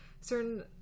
certain